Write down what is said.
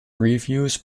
reviews